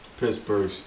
Pittsburgh